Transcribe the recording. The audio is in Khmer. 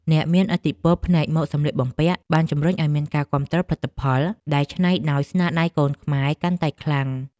អ្នកមានឥទ្ធិពលផ្នែកម៉ូដសម្លៀកបំពាក់បានជំរុញឱ្យមានការគាំទ្រផលិតផលដែលច្នៃដោយស្នាដៃកូនខ្មែរកាន់តែខ្លាំង។